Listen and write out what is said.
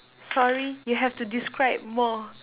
sorry you have to describe more